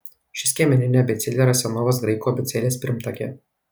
ši skiemeninė abėcėlė yra senovės graikų abėcėlės pirmtakė